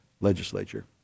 legislature